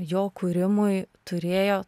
jo kūrimui turėjo